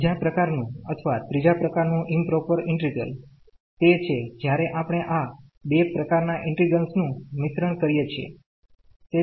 બીજા પ્રકારનું અથવા ત્રીજા પ્રકારનું ઈમપ્રોપર ઇન્ટિગ્રલ તે છે જ્યારે આપણે આ બે પ્રકારનાં ઇન્ટિગ્રેલ્સ નું મિશ્રણ કરીએ છીએ